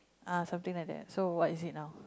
ah something like that so what is it now